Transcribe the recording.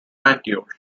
antioch